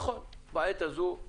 בעת הזו,